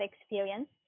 experience